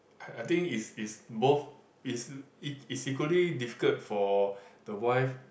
I I think is is both is is equally difficult for the wife